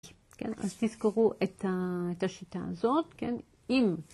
כן, אז תזכרו את השיטה הזאת, כן, אם...